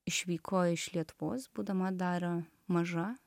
išvyko iš lietuvos būdama daro maža